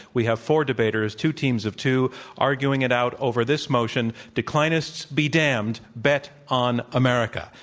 we have four debaters, two teams of two arguing it out over this motion declinists be damned bet on america.